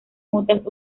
motas